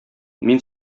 мин